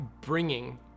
bringing